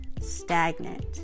stagnant